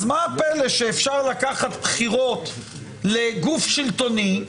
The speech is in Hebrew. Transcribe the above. אז מה הפלא שאפשר לקחת בחירות לגוף שלטוני,